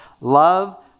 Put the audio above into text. Love